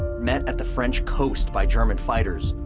met at the french coast by german fighters.